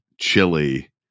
chili